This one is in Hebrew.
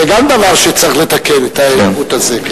זה גם דבר שצריך לתקן, העיוות הזה.